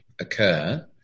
occur